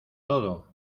todo